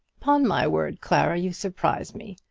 upon my word, clara, you surprise me.